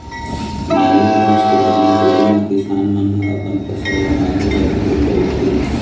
नरियर बूच के बने डोरी म किसान मन ह अपन फसल ल बांधे बर घलोक बउरथे